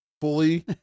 Fully